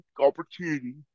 Opportunity